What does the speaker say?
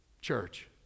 church